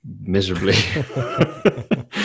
miserably